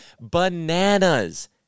Bananas